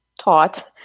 taught